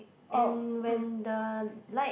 oh um